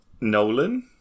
Nolan